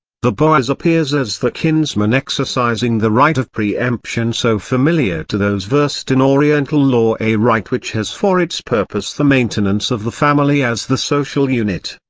boaz appears as the kinsman exercising the right of pre-emption so familiar to those versed in oriental law a right which has for its purpose the maintenance of the family as the social unit.